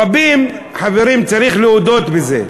רבים, חברים, צריך להודות בזה,